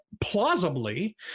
plausibly